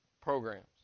programs